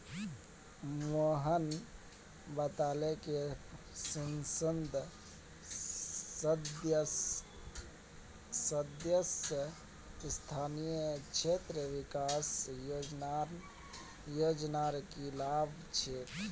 मोहन बताले कि संसद सदस्य स्थानीय क्षेत्र विकास योजनार की लाभ छेक